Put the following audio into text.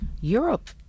Europe